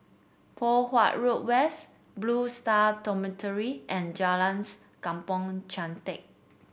Poh Huat Road West Blue Stars Dormitory and Jalans Kampong Chantek